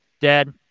Dad